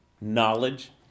knowledge